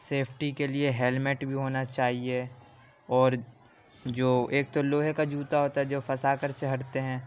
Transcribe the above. safety کے لیے helmet بھی ہونا چاہیے اور جو ایک تو لوہے کا جوتا ہوتا ہے جو پھنسا کر چڑھتے ہیں